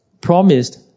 promised